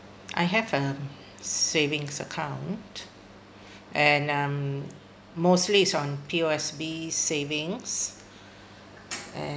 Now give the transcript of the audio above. I have a savings account and um mostly on P_O_S_B savings and